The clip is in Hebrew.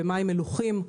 במים המלוחים.